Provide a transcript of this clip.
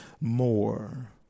more